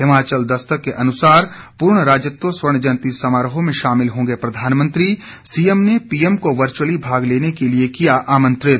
हिमाचल दस्तक के अनुसार पूर्ण राज्यत्व स्वर्ण जयंती में शामिल होंगे प्रधानमंत्री सीएम ने पीएम को वर्चुअली भाग लेने के लिए किया आमंत्रित